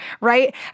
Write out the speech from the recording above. Right